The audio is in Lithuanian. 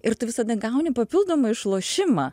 ir tu visada gauni papildomą išlošimą